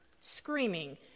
Screaming